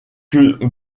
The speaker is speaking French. que